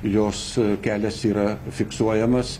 jos kelias yra fiksuojamas